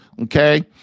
okay